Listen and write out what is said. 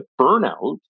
burnout